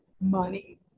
money